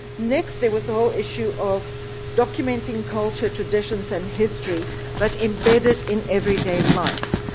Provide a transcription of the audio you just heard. next, there was the whole issue of documenting culture, traditions and history but embed it in everyday life.